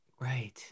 Right